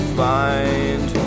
find